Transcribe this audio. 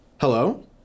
Hello